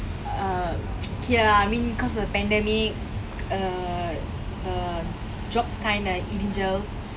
err K lah I mean because the pandemic err err jobs kind of individuals